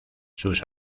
sus